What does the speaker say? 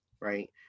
right